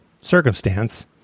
circumstance